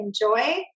enjoy